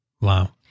Wow